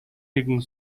нэгэн